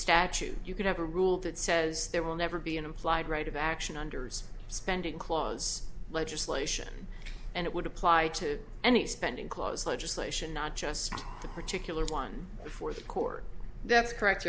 statute you could have a rule that says there will never be an implied right of action under spending clause legislation and it would apply to any spending clause legislation not just the particular one before the court that's correct